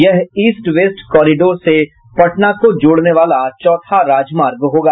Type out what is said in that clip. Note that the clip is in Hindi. यह ईस्ट वेस्ट कोरिडोर से पटना को जोड़ने वाला चौथा राजमार्ग होगा